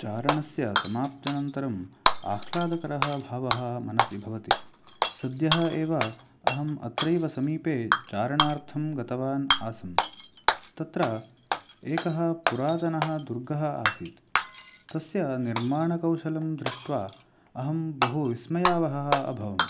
चारणस्य समाप्त्यनन्तरम् आह्लादकरः भारः मनसि भवति सद्यः एव अहम् अत्रैव समीपे चारणार्थं गतवान् आसम् तत्र एकः पुरातनः दुर्गः आसीत् तस्य निर्माणकौशलं दृष्ट्वा अहं बहु विस्मयावहः अभवम्